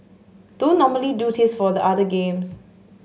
don't normally do this for the other games